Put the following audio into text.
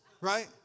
right